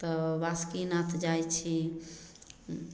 तऽ बासुकीनाथ जाइ छी